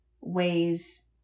ways